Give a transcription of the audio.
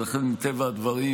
ולכן, מטבע הדברים,